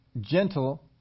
gentle